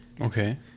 Okay